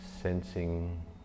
sensing